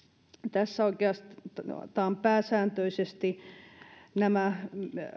tässä oikeastaan pääsääntöisesti nämä